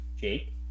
jake